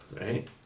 Right